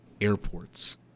airports